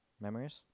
memories